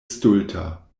stulta